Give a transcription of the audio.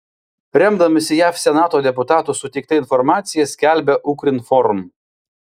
remdamasi jav senato deputatų suteikta informacija skelbia ukrinform